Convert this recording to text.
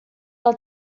ela